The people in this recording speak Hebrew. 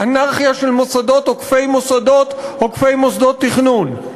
אנרכיה של מוסדות עוקפי מוסדות עוקפי מוסדות תכנון.